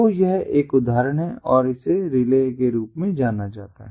तो यह एक उदाहरण है और इसे रिले के रूप में जाना जाता है